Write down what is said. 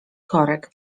korek